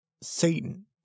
Satan